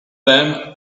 them